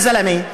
יא זלמה.